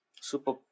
super